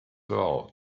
world